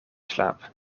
slaap